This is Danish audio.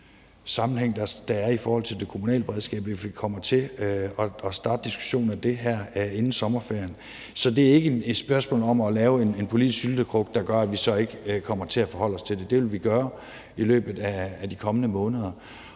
i forhold til det kommunale beredskab, hvis vi kommer til at starte diskussionen af det her inden sommerferien. Så det er ikke et spørgsmål om at lave en politisk syltekrukke, der gør, at vi så ikke kommer til at forholde os til det. Det vil vi gøre i løbet af de kommende måneder,